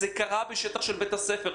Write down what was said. זה קרה בשטח בית הספר.